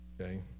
Okay